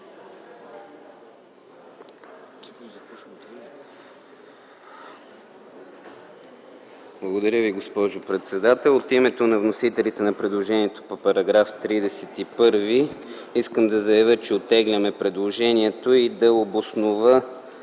Благодаря Ви, госпожо председател. От името на вносителите на предложението по § 31 искам да заявя, че оттегляме предложението и да обоснова